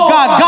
God